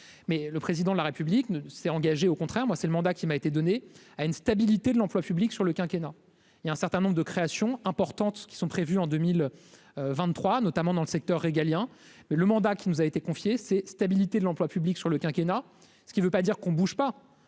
mais le président de la République ne s'est engagé, au contraire, moi c'est le mandat qui m'a été donné à une stabilité de l'emploi public sur le quinquennat il a un certain nombre de créations importantes qui sont prévues en 2023, notamment dans le secteur régalien mais le mandat qui nous a été confié, c'est stabilité de l'emploi public sur le quinquennat ce qui ne veut pas dire qu'on bouge pas,